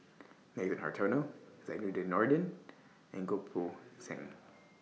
Nathan Hartono Zainudin Nordin and Goh Poh Seng